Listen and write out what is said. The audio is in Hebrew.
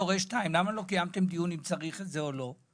"הורה 2" למה לא קיימתם דיון אם צריך את זה או לא?